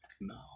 no